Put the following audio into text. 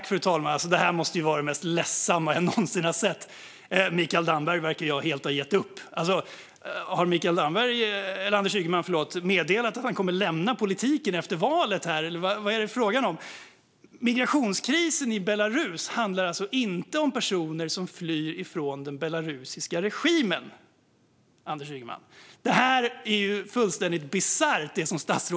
Fru talman! Det här måste vara det mest ledsamma jag någonsin har hört. Mikael Damberg verkar helt ha gett upp. Har Mikael Damberg - Anders Ygeman, förlåt - meddelat att han kommer att lämna politiken efter valet? Vad är det fråga om? Migrationskrisen i Belarus, Anders Ygeman, handlar inte om personer som flyr från den belarusiska regimen. Det statsrådet säger är fullständigt bisarrt.